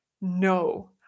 No